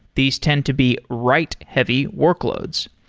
these tend to be write heavy workloads.